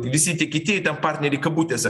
visi tie kiti partneriai kabutėse